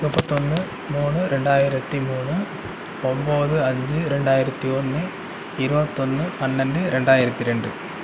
முப்பத்து ஒன்று மூணு ரெண்டாயிரத்தி மூணு ஒம்பது அஞ்சு இரண்டாயிரத்தி ஒன்று இருபத்தொன்னு பன்னெண்டு ரெண்டாயிரத்தி ரெண்டு